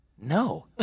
no